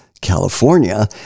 California